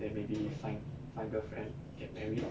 then maybe find find girlfriend get married